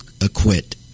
acquit